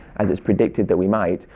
as its predicted that we might,